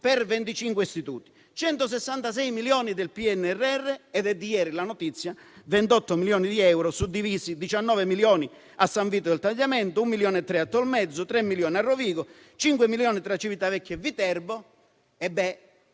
Ricordo inoltre i 166 milioni del PNRR e - è di ieri la notizia - 28 milioni di euro così suddivisi: 19 milioni a San Vito al Tagliamento, 1,3 milioni a Tolmezzo, 3 milioni a Rovigo, 5 milioni tra Civitavecchia e Viterbo. Se